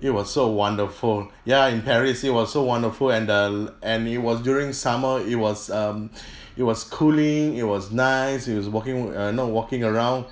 it was so wonderful ya in paris it was so wonderful and err and it was during summer it was um it was cooling it was nice it was walking uh know walking around